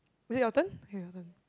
is it your turn okay your turn